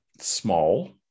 small